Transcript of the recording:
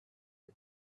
way